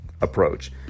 approach